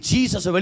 Jesus